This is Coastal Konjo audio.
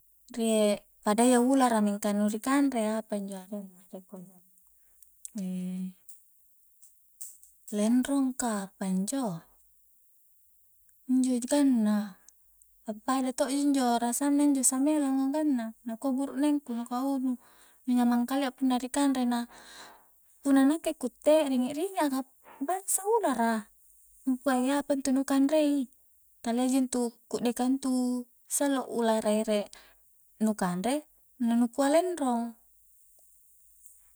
Rie padayya ulara mingka nu ri kanre apanjo arenna de kodong lenrong ka apanjo injo ji ganna appada to' ji njo rasanna injo samelang a ganna nakua burukneng ku ouh nu nyamang kalea punna ri kanre i na punna nakke ku itte ringik-ringik a ka a'bangsa ulara angkua a ei apantu nu kanrei talia ji intu kedde ka intu sallo ulara ere nu kanre na nu kua lenrong